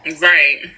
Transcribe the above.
Right